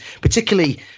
particularly –